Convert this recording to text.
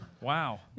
Wow